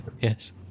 Yes